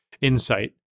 insight